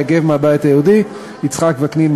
הבית היהודי, מרדכי יוגב, ש"ס, יצחק וקנין,